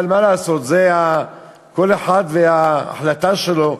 אבל מה לעשות, כל אחד וההחלטה שלו.